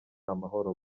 amahoro